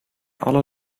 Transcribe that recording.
alle